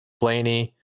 Blaney